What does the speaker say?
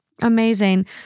amazing